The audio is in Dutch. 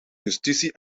justitie